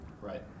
Right